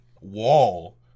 wall